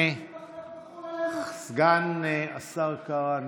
סגן השר קארה יצא,